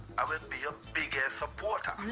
i will be your biggest supporter.